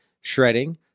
shredding